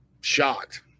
shocked